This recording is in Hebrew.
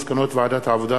מסקנות ועדת העבודה,